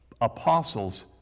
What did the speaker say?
apostles